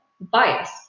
bias